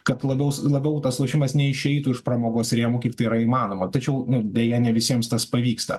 kad labiau labiau tas lošimas neišeitų už pramogos rėmų kiek tai yra įmanoma tačiau nu deje ne visiems tas pavyksta